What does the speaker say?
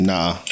Nah